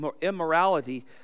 immorality